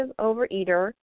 overeater